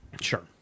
Sure